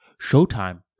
Showtime